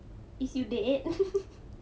is you dead